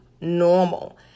normal